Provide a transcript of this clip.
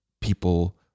people